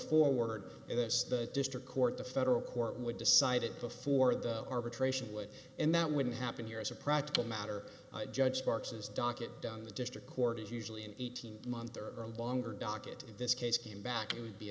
forward and that's the district court the federal court would decide it before the arbitration would and that wouldn't happen here as a practical matter judge sparks's docket down the district court is usually an eighteen month or a longer docket in this case came back it would be